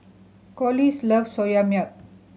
Collis love Soya Milk